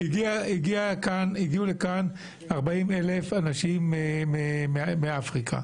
הגיעו לכאן 40 אלף אנשים מאפריקה,